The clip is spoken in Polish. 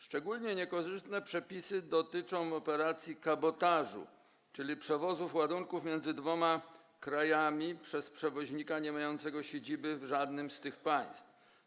Szczególnie niekorzystne przepisy dotyczą operacji kabotażu, czyli przewozów ładunków między dwoma krajami przez przewoźnika niemającego siedziby w żadnym z tych państw.